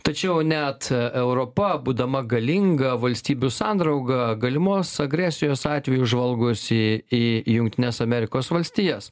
tačiau net europa būdama galinga valstybių sandrauga galimos agresijos atveju žvalgosi į jungtines amerikos valstijas